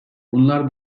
bunlar